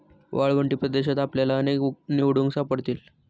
वाळवंटी प्रदेशात आपल्याला अनेक निवडुंग सापडतील